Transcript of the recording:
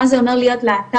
מה זה אומר להיות להט"בית,